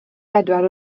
bedwar